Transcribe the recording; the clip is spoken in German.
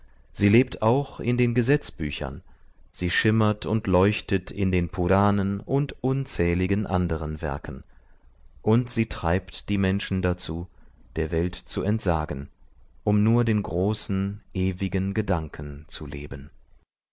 sie lebt auch in den gesetzbüchern sie schimmert und leuchtet in den purnen und unzähligen anderen werken und sie treibt die menschen dazu der welt zu entsagen um nur den großen ewigen gedanken zu leben